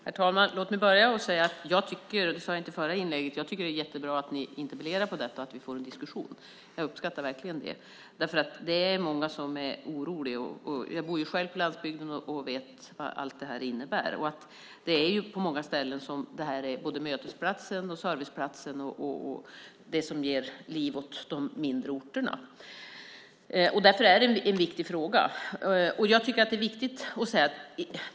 Herr talman! Jag vill börja med att säga att jag tycker att det är jättebra att ni interpellerar på detta så att vi får en diskussion. Jag uppskattar verkligen det. Många är oroliga. Jag bor ju själv på landsbygden och vet vad detta innebär. På många ställen är detta både mötesplats och serviceplats och det som ger liv åt de mindre orterna. Därför är det en viktig fråga.